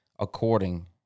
according